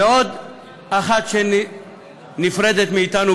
ועוד אחת שנפרדת מאתנו,